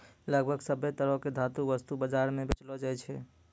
लगभग सभ्भे तरह के धातु वस्तु बाजार म बेचलो जाय छै